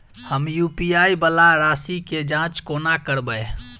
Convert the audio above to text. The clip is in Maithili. हम यु.पी.आई वला राशि केँ जाँच कोना करबै?